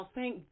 Thank